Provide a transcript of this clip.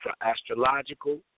astrological